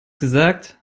gesagt